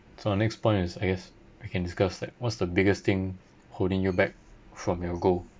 so our next point is I guess we can discuss like what's the biggest thing holding you back from your goal